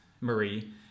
Marie